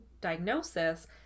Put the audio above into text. diagnosis